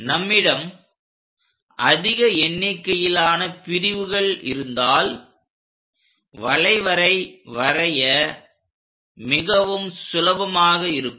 நம்மிடம் அதிக எண்ணிக்கையிலான பிரிவுகள் இருந்தால் வளைவரை வரைய மிகவும் சுலபமாக இருக்கும்